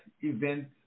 event